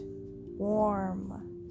warm